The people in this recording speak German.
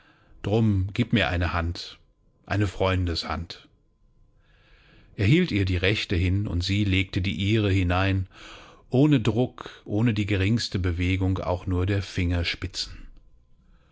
drum gib mir eine hand eine freundeshand er hielt ihr die rechte hin und sie legte die ihre hinein ohne druck ohne die geringste bewegung auch nur der fingerspitzen